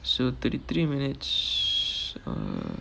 so thirty three minutes uh